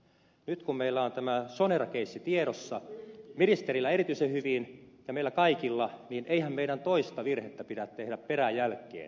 nyt kun meillä on tämä sonera keissi tiedossa ministerillä erityisen hyvin ja meillä kaikilla niin eihän meidän toista virhettä pidä tehdä peräjälkeen